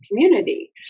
community